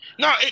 no